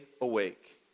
awake